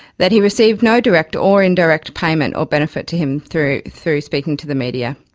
that he receive no direct or indirect payment or benefit to him through through speaking to the media.